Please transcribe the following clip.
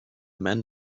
men